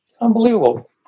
unbelievable